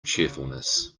cheerfulness